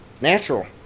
Natural